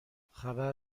خبر